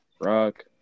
rock